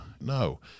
No